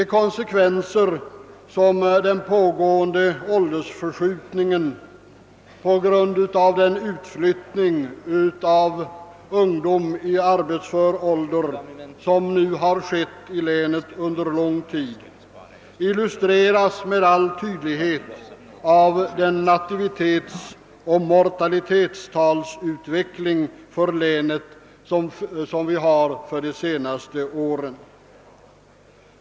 Konsekvenserna av den pågående åldersförskjutningen på grund av utflyttningen av ungdom i arbetsför ålder, som skett i länet under lång tid, illustreras med all tydlighet av den nativitetsoch mortalitetstalsutveckling för länet som vi har de senaste åren.